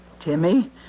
Timmy